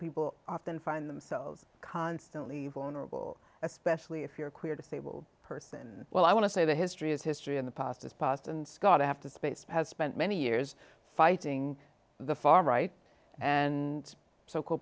people often find themselves constantly vulnerable especially if you're a queer disabled person well i want to say that history is history and the past is past and scott after space has spent many years fighting the far right and so